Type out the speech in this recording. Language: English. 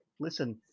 Listen